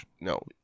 No